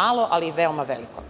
Malo, ali veoma veliko.